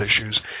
issues